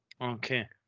Okay